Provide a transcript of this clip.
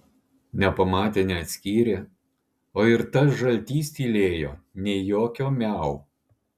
nepamatė neatskyrė o ir tas žaltys tylėjo nė jokio miau